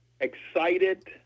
excited